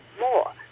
more